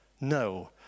No